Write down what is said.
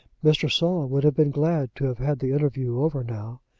mr. saul would have been glad to have had the interview over now,